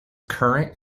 current